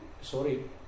Sorry